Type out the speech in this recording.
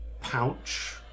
pouch